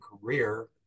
career